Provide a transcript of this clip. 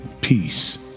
peace